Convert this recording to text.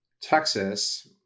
Texas